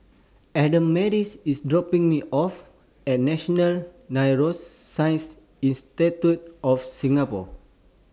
Adamaris IS dropping Me off At National Neuroscience Institute of Singapore